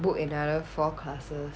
book another four classes